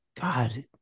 God